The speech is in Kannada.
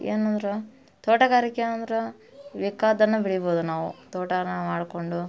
ಏನಂದ್ರೆ ತೋಟಗಾರಿಕೆ ಅಂದ್ರೆ ಬೇಕಾದ್ದನ್ನ ಬೆಳಿಬೋದು ನಾವು ತೋಟನ ಮಾಡಿಕೊಂಡು